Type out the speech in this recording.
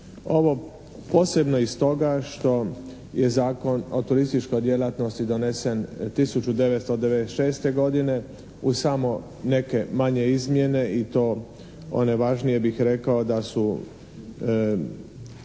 Ovo posebno i stoga što je Zakon o turističkoj djelatnosti donesen 1996. godine uz samo neke manje izmjene i to one važnije bih rekao da su